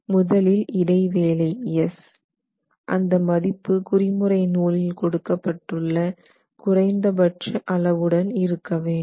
முதலில் இடைவேளை s அந்த மதிப்பு குறிமுறை நூலில் கொடுக்க பற்றுள்ள குறைந்த பட்ச அளவுடன் இருக்க வேண்டும்